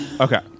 Okay